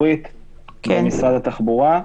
ציבורית במשרד התחבורה,